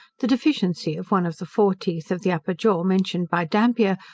the deficiency of one of the fore teeth of the upper jaw, mentioned by dampier,